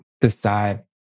decide